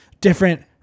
different